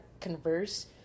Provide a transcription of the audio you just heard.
converse